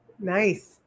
nice